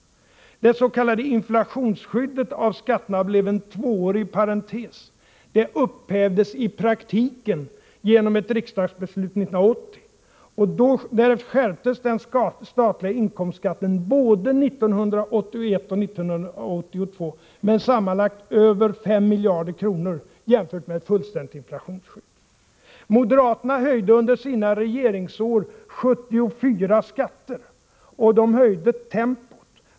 Det s.k. inflationsskyddet av skatterna blev så att säga en tvåårig parentes. Det upphävdes i praktiken genom ett riksdagsbeslut år 1980. Därefter skärptes den statliga inkomstskatten både år 1981 och år 1982, med sammanlagt över 5 miljarder kronor, jämfört med ett fullständigt inflationsskydd. Moderaterna höjde under sina regeringsår 74 skatter, och de höjde dessutom tempot.